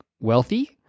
wealthy